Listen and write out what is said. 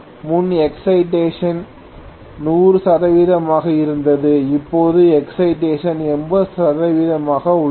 முன்பு எக்சைடேஷன் 100 சதவீதமாக இருந்தது இப்போது எக்சைடேஷன் 80 சதவீதமாக உள்ளது